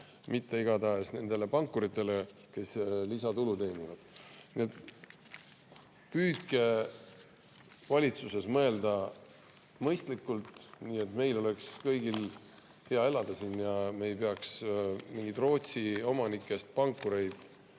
mitte igatahes nendele pankuritele, kes lisatulu teenivad. Püüdke valitsuses mõelda mõistlikult, nii et meil oleks kõigil hea siin elada ja me ei peaks neid Rootsi omanikest pankureid